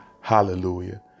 hallelujah